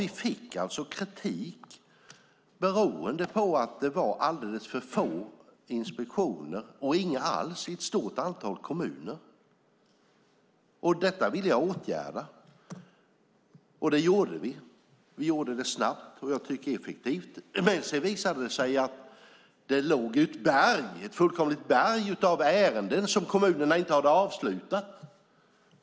Vi fick kritik beroende på att det var alldeles för få inspektioner och i ett stort antal kommuner inga alls. Detta ville jag åtgärda, och det gjorde vi snabbt och, som jag tycker, effektivt. Men sedan visade det sig att det låg ett berg av ärenden som kommunerna inte hade avslutat.